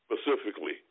Specifically